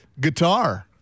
guitar